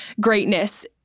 greatness